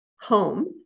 home